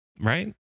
Right